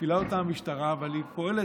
מפעילה אותה המשטרה, אבל היא פועלת